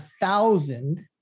thousand